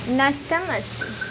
नष्टम् अस्ति